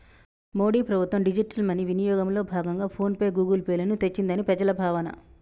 మోడీ ప్రభుత్వం digital money వినియోగంలో భాగంగా ఫోన్ పే, గూగుల్ పే లను తెచ్చిందని ప్రజల భావన